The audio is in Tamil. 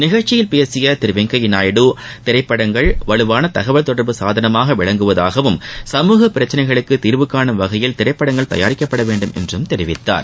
நிகழ்ச்சியில் பேசிய திரு வெங்கய்யா நாயுடு திரைப்படங்கள் வலுவான தகவல் தொடர்பு சாதனமாக விளங்குவதாகவும் சமூக பிரச்சினைகளுக்குத் தீர்வு கானும் வகையில் திரைப்படங்கள் தயாரிக்கப்பட வேண்டும் என்றும் தெரிவித்தார்